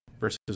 versus